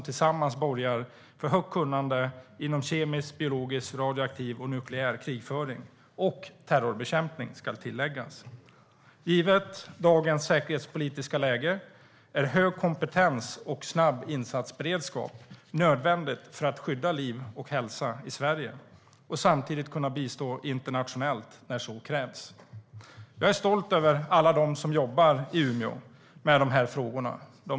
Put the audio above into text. Tillsammans borgar de för stort kunnande inom kemisk, biologisk, radioaktiv och nukleär krigsföring och terrorbekämpning. Givet dagens säkerhetspolitiska läge är det nödvändigt med hög kompentens och en snabb insatsberedskap för att skydda liv och hälsa i Sverige och samtidigt bistå internationellt när så krävs. Jag är stolt över alla de som jobbar med de här frågorna i Umeå.